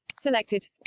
selected